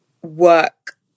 Work